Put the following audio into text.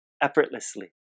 effortlessly